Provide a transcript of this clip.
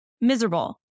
miserable